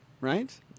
right